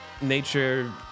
nature